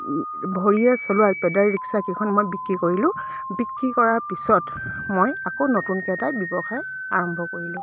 ভৰিয়ে চলোৱা বেটাৰী ৰিক্সাকেইখন মই বিক্ৰী কৰিলোঁ বিক্ৰী কৰাৰ পিছত মই আকৌ নতুনকৈ এটা ব্যৱসায় আৰম্ভ কৰিলোঁ